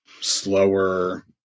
slower